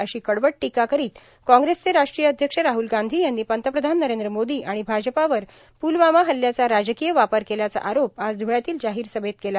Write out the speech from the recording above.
अशी कडवड टोका करोत कॉग्रेसचे राष्ट्रीय अध्यक्ष राहल गांधी यांनी पंतप्रधान नरद्र मोदी आर्गण भाजपा वर प्लवामा हल्ल्याचा राजकांय वापर केल्याचा आरोप आज ध्रळ्यातील जाहोर सभेत केला